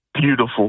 beautiful